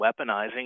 weaponizing